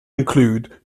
include